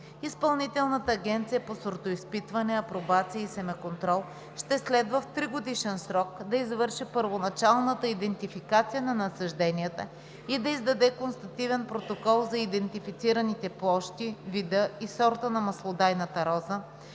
Изпълнителната агенция по сортоизпитване, апробация и семеконтрол ще следва в тригодишен срок да извърши първоначалната идентификация на насажденията и да издаде констативен протокол за идентифицираните площи, вида и сорта на маслодайната роза,